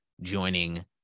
joining